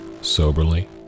soberly